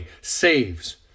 saves